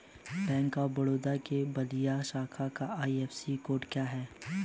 Bank of Baroda के बलिया शाखा का आई.एफ.एस.सी कोड क्या है?